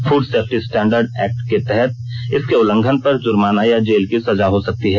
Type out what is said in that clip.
food safety standard act के तहत इसके उल्लंघन पर जुर्माना या जेल की सजा हो सकती है